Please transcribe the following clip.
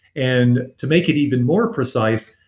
and to make it even more precise,